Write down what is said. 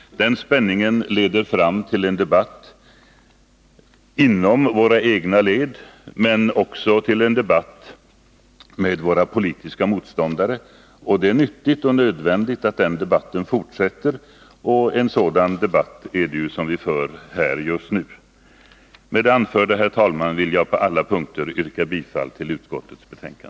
Den spänningen leder fram till en debatt inom våra egna led men också till en debatt med våra politiska motståndare. Det är nyttigt och nödvändigt att den debatten fortsätter, och en sådan debatt är det ju vi för just nu. Med det anförda, herr talman, vill jag på alla punkter yrka bifall till utskottets hemställan.